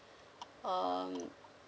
um